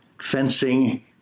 Fencing